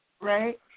right